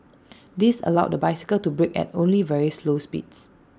this allowed the bicycle to brake at only very slow speeds